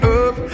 up